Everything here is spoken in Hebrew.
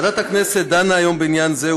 ועדת הכנסת דנה היום בעניין זה,